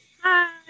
Hi